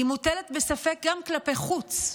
היא מוטלת בספק גם כלפי חוץ,